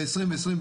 ב-2022,